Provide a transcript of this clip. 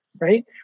right